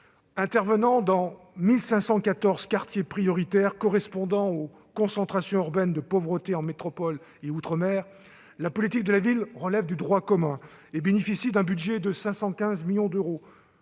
Intervenant dans 1 514 quartiers prioritaires, qui correspondent aux principales concentrations urbaines de la pauvreté en métropole et en outre-mer, la politique de la ville relève du droit commun et bénéficie d'un budget de 515 millions d'euros,